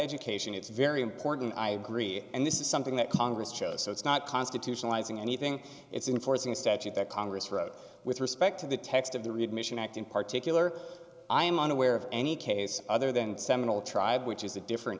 education it's very important i agree and this is something that congress chose that's not constitutional izing anything it's in forcing a statute that congress wrote with respect to the text of the readmission act and particularly i am unaware of any case other than the seminole tribe which is a different